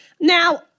Now